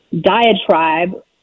diatribe